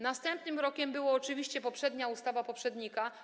Następnym krokiem była oczywiście poprzednia ustawa poprzednika.